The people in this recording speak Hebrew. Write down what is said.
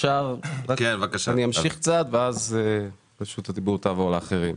אני אמשיך קצת ואז אתן את רשות הדיבור לאחרים.